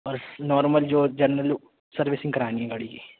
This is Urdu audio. اور نارمل جو جنرل سروسنگ کرانی ہے گاڑی کی